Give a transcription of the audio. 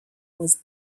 was